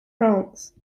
france